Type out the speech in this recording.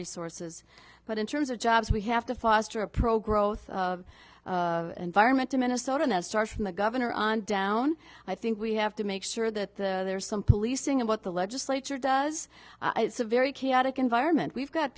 resources but in terms of jobs we have to foster a pro growth environment to minnesota that starts from the governor on down i think we have to make sure that there's some policing about the legislature does it's a very chaotic environment we've got